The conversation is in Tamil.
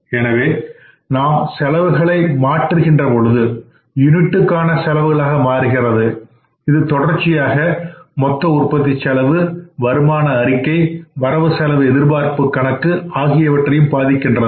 எனவே நாம் செலவுகளை மாற்றுகின்ற பொழுது யூனிட்க்கான செலவுகளும் மாறுகிறது இது தொடர்ச்சியாக மொத்த உற்பத்தி செலவு வருமான அறிக்கை வரவு செலவு எதிர்பார்ப்பு கணக்கு ஆகியவற்றையும் பாதிக்கின்றது